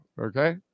okay